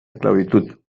esclavitud